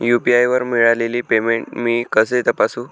UPI वर मिळालेले payment मी कसे तपासू?